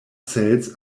cells